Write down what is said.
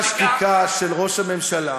בואו נדבר על אותה שתיקה של ראש הממשלה,